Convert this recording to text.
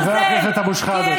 חבר הכנסת אבו שחאדה,